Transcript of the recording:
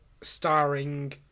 starring